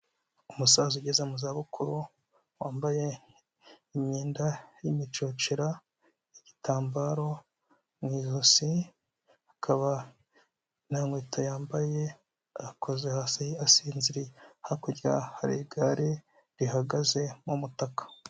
Umusaza ugeze mu za bukuru wambaye imyenda y'imicocera, igitambaro mu ijosi, akaba nta nkweto yambaye akoze hasi asinziriye hakurya hari igare rihagaze mu mutaka.